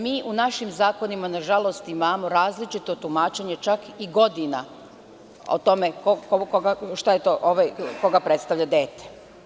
Mi u našim zakonima, nažalost, imamo različito tumačenje čak i godina koga predstavlja dete.